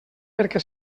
perquè